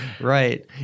right